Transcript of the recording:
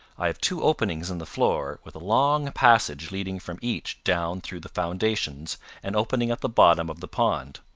i have two openings in the floor with a long passage leading from each down through the foundations and opening at the bottom of the pond.